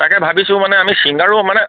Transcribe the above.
তাকে ভাবিছোঁ মানে আমি মানে চিংগাৰো মানে